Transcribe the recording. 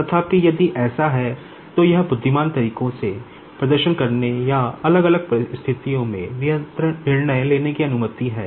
तथापि यदि ऐसा है तो यह बुद्धिमान तरीके से प्रदर्शन करने या अलग अलग स्थितियों में निर्णय लेने की अनुमति है